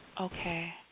Okay